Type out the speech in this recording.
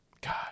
God